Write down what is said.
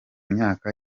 myaka